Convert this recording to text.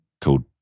called